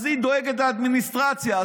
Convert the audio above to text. אז היא דואגת לאדמיניסטרציה.